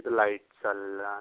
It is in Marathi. लाईट चालणार